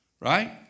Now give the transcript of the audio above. Right